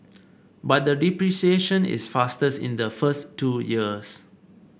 but the depreciation is fastest in the first two years